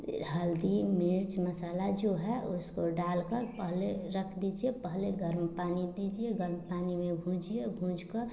हल्दी मिर्च मसाला जो है उसको डालकर पहले रख दीजिए पहले गर्म पानी दीजिए गर्म पानी भूंजिए भूंजकर